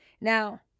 Now